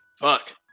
fuck